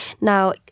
Now